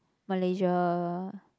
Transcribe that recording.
Malaysia